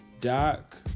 Doc